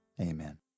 Amen